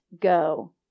go